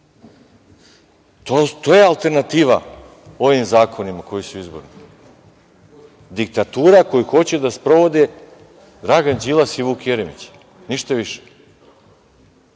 je alternativa ovim zakonima koji su izborni. Diktatura koju hoće da sprovode Dragan Đilas i Vuk Jeremić. Ništa više.